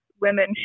women